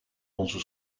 onze